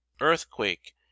earthquake